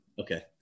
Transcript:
Okay